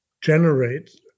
generate